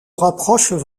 rapprochent